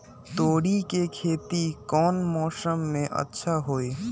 तोड़ी के खेती कौन मौसम में अच्छा होई?